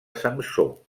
samsó